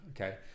okay